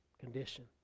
condition